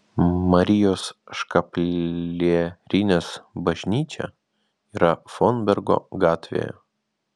marijos škaplierinės bažnyčia yra fonbergo gatvėje